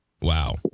Wow